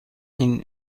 این